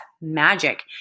magic